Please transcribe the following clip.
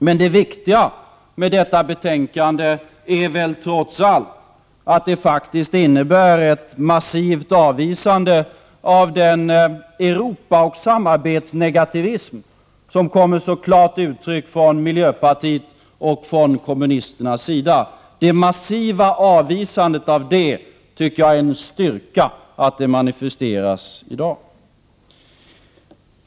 Men det viktiga med detta betänkande är väl trots allt att det faktiskt innebär ett massivt avvisande av den Europaoch samarbetsnegativism som så klart kommer till uttryck från miljöpartiets och kommunisternas sida. Att det massiva avvisandet av denna negativism i dag manifesteras anser jag är en styrka.